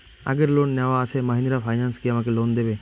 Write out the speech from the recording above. আগের লোন নেওয়া আছে মাহিন্দ্রা ফাইন্যান্স কি আমাকে লোন দেবে?